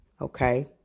okay